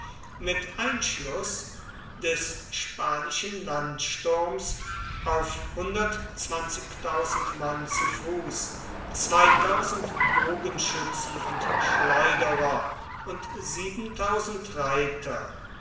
mit einschluß des spanischen landsturms auf mann zu fuß bogenschützen und schleuderer und reiter